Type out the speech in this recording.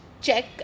check